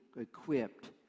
equipped